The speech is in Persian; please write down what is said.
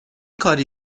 کاری